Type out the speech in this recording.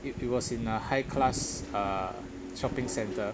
it it was in a high class uh shopping centre